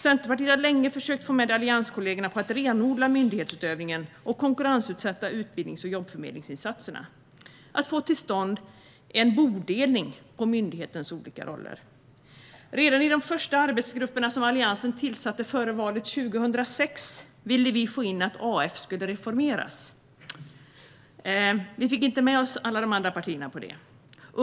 Centerpartiet har länge försökt att få med allianskollegorna på att renodla myndighetsutövningen och konkurrensutsätta utbildnings och jobbförmedlingsinsatserna för att få till stånd en bodelning av myndighetens olika roller. Redan i de första arbetsgrupperna som Alliansen tillsatte före valet 2006 ville vi få in att AF skulle reformeras, men vi fick inte med oss alla de andra partierna på det.